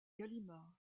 gallimard